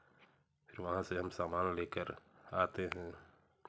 फिर वहाँ से हम सामान लेकर आते हैं